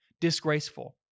disgraceful